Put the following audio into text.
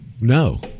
No